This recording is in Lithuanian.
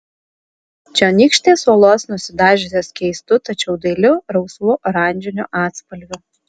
čionykštės uolos nusidažiusios keistu tačiau dailiu rausvu oranžiniu atspalviu